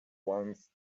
winds